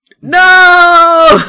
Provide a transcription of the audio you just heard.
No